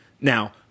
now